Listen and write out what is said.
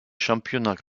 championnats